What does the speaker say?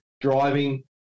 driving